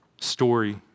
story